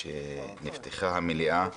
שנפתחה המליאה,